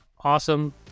Awesome